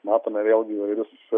matome vėlgi įvairius